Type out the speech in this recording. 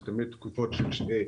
זה תמיד תקופות של שבועיים.